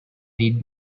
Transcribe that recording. did